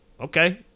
okay